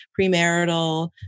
premarital